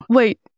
Wait